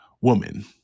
woman